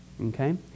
okay